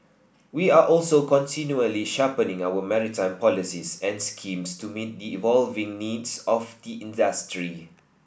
we are also continually sharpening our maritime policies and schemes to meet the evolving needs of the industry